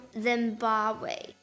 Zimbabwe